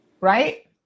right